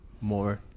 more